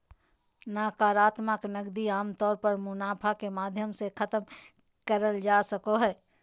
नाकरात्मक नकदी आमतौर पर मुनाफा के माध्यम से खतम करल जा सको हय